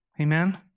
Amen